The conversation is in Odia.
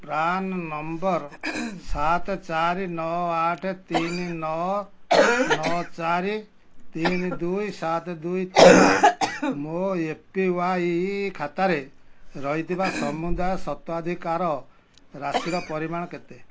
ପ୍ରାନ୍ ନମ୍ବର୍ ସାତ ଚାରି ନଅ ଆଠ ତିନି ନଅ ନଅ ଚାରି ତିନି ଦୁଇ ସାତ ଦୁଇ ଥିବା ମୋ ଏ ପି ୱାଇ ଖାତାରେ ରହିଥିବା ସମୁଦାୟ ସ୍ୱତ୍ୱାଧିକାର ରାଶିର ପରିମାଣ କେତେ